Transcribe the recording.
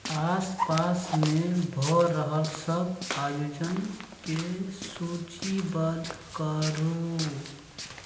आसपासमे भऽ रहल सभ आयोजनके सूचीबद्ध करू